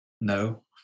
No